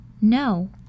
No